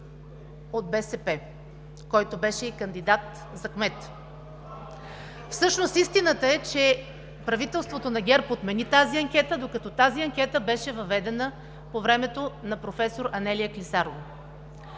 от БСП, който беше и кандидат за кмет. Всъщност истината е, че правителството на ГЕРБ отмени тази анкета, докато тази анкета беше въведена по времето на професор Анелия Клисарова.